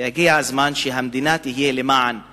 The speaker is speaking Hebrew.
הגיע הזמן שהמדינה תהיה למען אזרחיה,